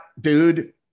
dude